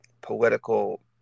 political